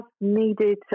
needed